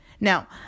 Now